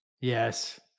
Yes